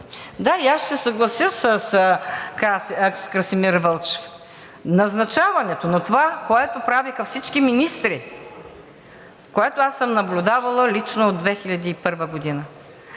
Да, и аз ще се съглася с Красимир Вълчев, назначаването, но това, което правеха всички министри, което съм наблюдавала лично от 2001 г.